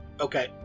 Okay